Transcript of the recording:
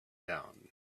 down